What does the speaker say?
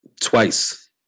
Twice